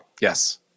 Yes